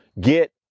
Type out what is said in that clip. get